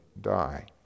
die